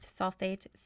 sulfate